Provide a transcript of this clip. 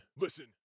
listen